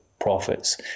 profits